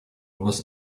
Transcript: was